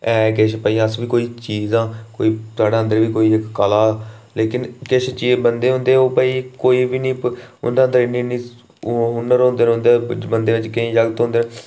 एह् किश भाई अस बी कोई चीज़ आं कोई साढ़े च बी कोई कला के भई किश नेह बंदे होंदे ओह् भई इन्ने इन्ने ओह् हुनर होंदे कुछ बंदे केईं जागत होंदे